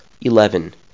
Eleven